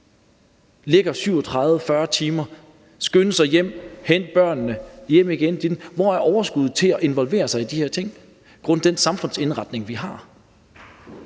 timer i det hver, skynder sig hjem, henter børnene og hjem igen. Hvor er overskuddet til at involvere sig i de her ting? Og det er på grund af den samfundsindretning, vi har?